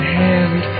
hand